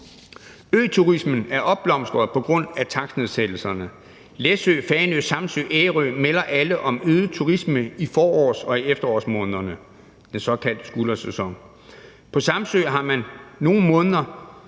Øturismen er opblomstret på grund af takstnedsættelserne. Læsø, Fanø, Samsø, Ærø melder alle om øget turisme i forårs- og i efterårsmånederne, den såkaldte